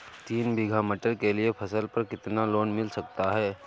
तीन बीघा मटर के लिए फसल पर कितना लोन मिल सकता है?